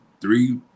three